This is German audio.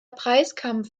preiskampf